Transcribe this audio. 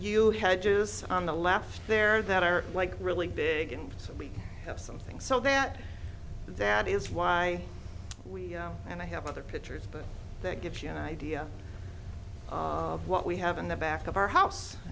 you had just on the left there that are like really big and we have something so that that is why we and i have other pictures but that gives you an idea of what we have in the back of our house